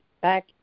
back